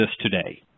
today